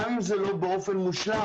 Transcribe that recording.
גם אם זה לא באופן מושלם.